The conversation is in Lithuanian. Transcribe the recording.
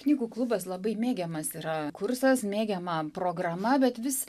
knygų klubas labai mėgiamas yra kursas mėgiama programa bet vis